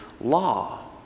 law